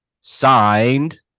signed